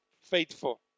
faithful